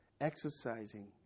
exercising